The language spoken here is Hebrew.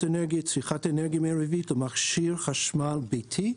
אנרגיה (צריכת אנרגיה מרבית למכשיר חשמל ביתי),